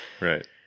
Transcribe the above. Right